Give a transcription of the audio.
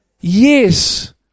Yes